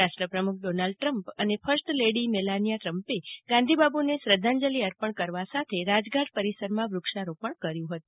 રાષ્ટ્ર પ્રમુખ Donald Trump અને ફર્સ્ટ લેડી મેલાનિયા ટ્રમ્પે ગાંધી બાપુ ને શ્રદ્ધાંજલી અર્પણ કરવા સાથે રાજઘાટ પરિસરમાં વ્રુક્ષારોપણ પણ કર્યું હતું